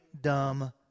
dumb